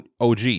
OG